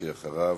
יחיא אחריו,